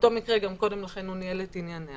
באותו מקרה גם קודם לכן הוא ניהל את ענייניה,